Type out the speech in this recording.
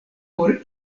por